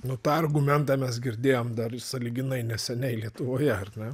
nu tą argumentą mes girdėjom dar sąlyginai neseniai lietuvoje ar ne